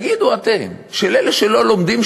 תגידו אתם שאלה שלא לומדים,